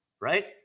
right